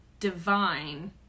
divine